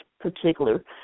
particular